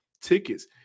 tickets